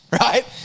Right